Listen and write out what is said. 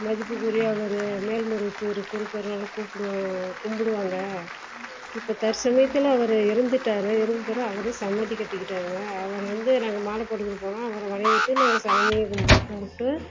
மதிப்புக்குரிய அவர் மேல்மருவத்தூர் குருக்கள் கும்பிடுவாங்க இப்போ தற்சமயத்தில் அவர் இறந்துட்டாரு இறந்த பிறகு அவரே சமாதி கட்டிக்கிட்டாங்க அவர் வந்து நாங்கள் மாலை போட்டுக்கிட்டு போனால் அவரை வணங்கிட்டு நாங்கள் சாமியை கும்பிட்டு